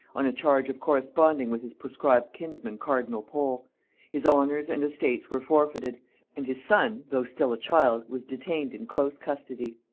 on a charge of corresponding with his proscribed kinsman cardinal pole his honors and estates were forfeited and his son, though still a child, was detained in close custody.